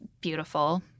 beautiful